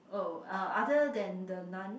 oh uh other than the Nun